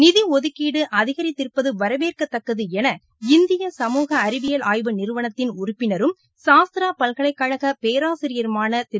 நிதி ஒதுக்கீடு அதிகித்திருப்பது வரவேற்கத்தக்கது என இந்திய சமூக அறிவியல் ஆய்வு நிறுவனத்தின் உறுப்பினரும் சாஸ்த்ரா பல்கலைக் கழக பேராசிரியருமான திரு